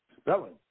Spelling